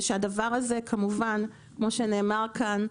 כמו שנאמר כאן,